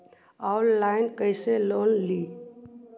Online कैसे loan ली?